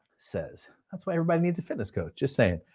says, that's why everybody needs a fitness coach, just saying.